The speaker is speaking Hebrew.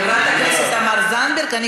אתם המצאתם את הדמוקרטיה.